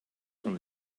from